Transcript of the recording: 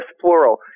plural